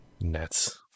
Nets